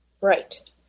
Right